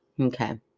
Okay